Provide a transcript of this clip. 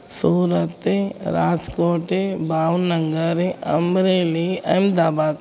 Surat Rajkot Bhavnagar Amreli Ahmedabad